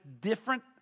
different